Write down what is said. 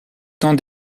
temps